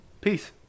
Peace